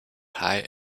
high